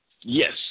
Yes